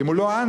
אם הוא לא אנטי,